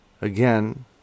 Again